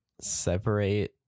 separate